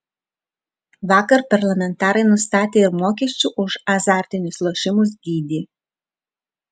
vakar parlamentarai nustatė ir mokesčių už azartinius lošimus dydį